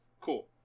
cool